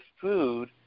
food